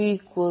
तर 2